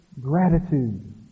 gratitude